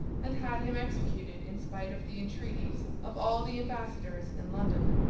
and had him executed in spite of the entreaties of all the ambassadors in london.